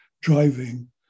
driving